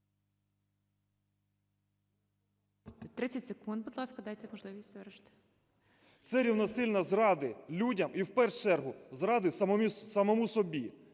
Це рівносильно зраді людям і в першу чергу зради самому собі.